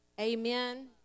amen